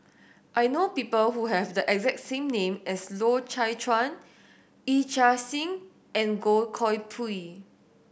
I know people who have the exact same name as Loy Chye Chuan Yee Chia Hsing and Goh Koh Pui